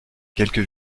quelques